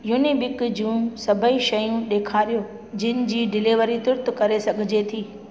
युनिबिक जूं सभई शयूं ॾेखारियो जिन जी डिलीवरी तुर्त करे सघिजे थी